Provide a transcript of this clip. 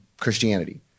Christianity